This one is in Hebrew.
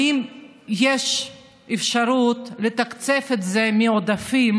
האם יש אפשרות לתקצב את זה מעודפים,